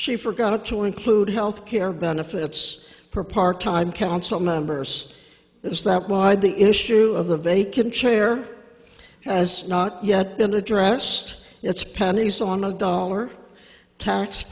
she forgot to include health care benefits for part time council members is that why the issue of the vacant chair has not yet been addressed it's pennies on the dollar